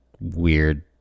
weird